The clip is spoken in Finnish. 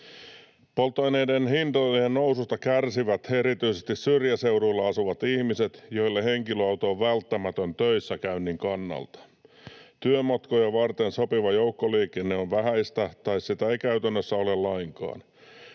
Polttoaineiden hintojen noususta kärsivät erityisesti syrjäseuduilla asuvat ihmiset, joille henkilöauto on välttämätön työssäkäynnin kannalta. Työmatkoja varten sopiva joukkoliikenne on vähäistä tai sitä ei käytännössä ole lainkaan.